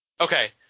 Okay